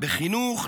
בחינוך,